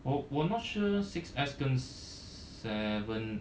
我我 not sure six S 跟 seven